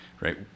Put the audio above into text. right